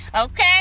okay